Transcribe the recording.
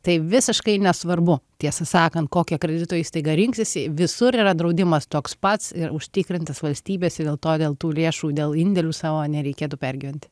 tai visiškai nesvarbu tiesą sakant kokią kredito įstaigą rinksis visur yra draudimas toks pats ir užtikrintas valstybės dėlto dėl tų lėšų dėl indėlių savo nereikėtų pergyventi